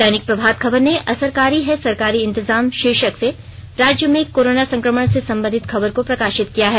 दैनिक प्रभात खबर ने असरकारी है सरकारी इंतजाम शीर्षक से राज्य में कोरोना संक्रमण से संबंधित खबर को प्रकाशित किया है